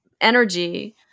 energy